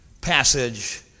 passage